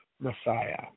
Messiah